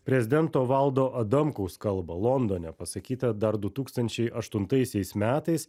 prezidento valdo adamkaus kalbą londone pasakytą dar du tūkstančiai aštuntaisiais metais